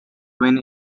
twin